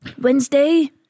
Wednesday